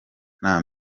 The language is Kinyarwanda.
nta